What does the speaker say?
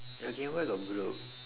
your gameboy got broke